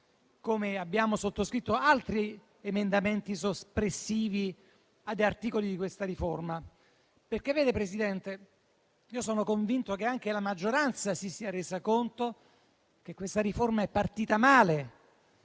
come abbiamo sottoscritto altri emendamenti soppressivi di articoli di questa riforma. Sono convinto che anche la maggioranza si sia resa conto che questa riforma è partita male,